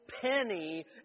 penny